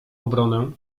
obronę